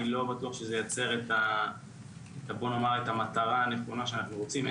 אני לא בטוח שזה ייצר את המטרה הנכונה שאנחנו רוצים.